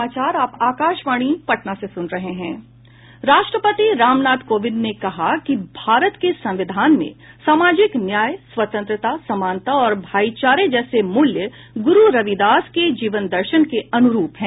राष्ट्रपति रामनाथ कोविन्द ने कहा कि भारत के संविधान में सामाजिक न्याय स्वतंत्रता समानता और भाईचारे जैसे मूल्य गुरु रविदास के जीवन दर्शन के अनुरूप हैं